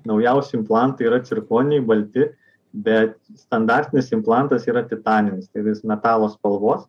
naujausi implantai yra cirkoniui balti be standartinis implantas yra titaninis tai vis metalo spalvos